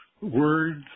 words